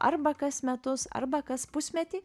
arba kas metus arba kas pusmetį